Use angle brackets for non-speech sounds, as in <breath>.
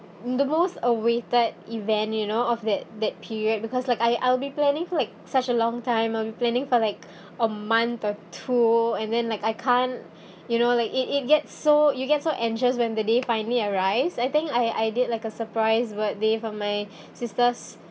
the most awaited event you know of that that period because like I I will be planning like such a long time I'll be planning for like <breath> a month or two and then like I can't <breath> you know like it it gets so you get so anxious when the day finally arrives I think I I did like a surprise birthday for my <breath> sister's